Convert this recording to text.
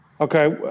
Okay